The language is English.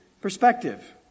perspective